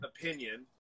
opinion